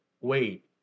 Wait